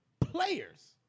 players